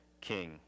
king